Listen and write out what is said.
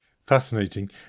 Fascinating